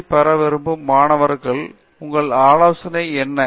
D பட்டம் பெற வரும் மாணவர்களுக்கு உங்கள் ஆலோசனை என்ன